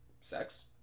sex